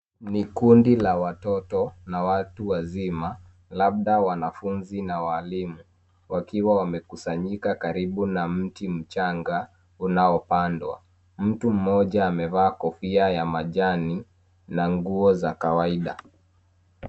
Ni kundi la watoto na watu wazima labda wanafunzi na walimu wakiwa wamekusanyika karibu na mti mchanga unaopandwa. Mtu mmoja amevaa kofia ya majani na nguo za kawaida.